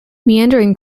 meandering